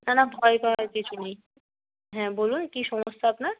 না না ভয় পাওয়ার কিছু নেই হ্যাঁ বলুন কী সমস্যা আপনার